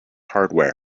hardware